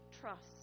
trust